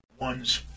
one's